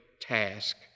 task